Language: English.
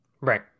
Right